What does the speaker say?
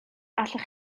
allwch